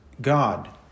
God